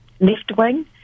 left-wing